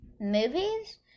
movies